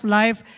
life